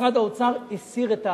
משרד האוצר הסיר את הערר.